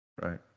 Right